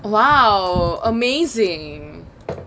!wow! amazing